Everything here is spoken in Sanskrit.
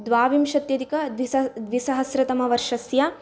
द्वाविंशत्यधिकद्विसह द्विसहस्रतमवर्षस्य